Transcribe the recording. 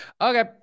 Okay